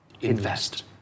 Invest